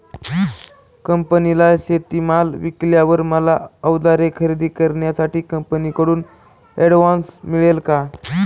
कंपनीला शेतीमाल विकल्यावर मला औजारे खरेदी करण्यासाठी कंपनीकडून ऍडव्हान्स मिळेल का?